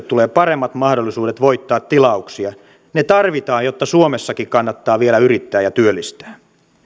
tulee paremmat mahdollisuudet voittaa tilauksia ne tarvitaan jotta suomessakin kannattaa vielä yrittää ja työllistää